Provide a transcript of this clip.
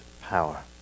power